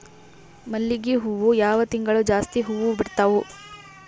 ಮಲ್ಲಿಗಿ ಹೂವು ಯಾವ ತಿಂಗಳು ಜಾಸ್ತಿ ಹೂವು ಬಿಡ್ತಾವು?